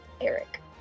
Eric